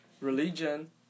religion